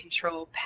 control